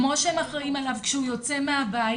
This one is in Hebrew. כמו שהם אחראים עליו כשהוא יוצא מהבית